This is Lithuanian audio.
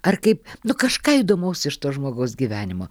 ar kaip nu kažką įdomaus iš to žmogaus gyvenimo